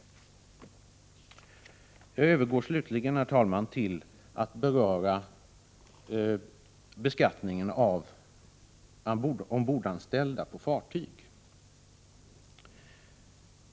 Jag övergår till att slutligen beröra beskattningen av ombordanställda på fartyg.